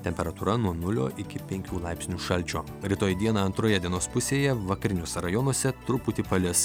temperatūra nuo nulio iki penkių laipsnių šalčio rytoj dieną antroje dienos pusėje vakariniuose rajonuose truputį palis